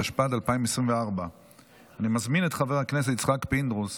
התשפ"ד 2024. אני מזמין את חבר הכנסת יצחק פינדרוס